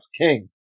king